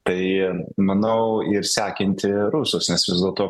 tai manau ir sekinti rusus nes vis dėlto